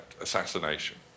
assassination